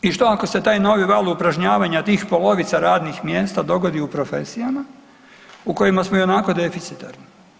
I što ako se taj novi val upražnjavanja tih polovica radnih mjesta dogodi u profesijama u kojima smo ionako deficitarni?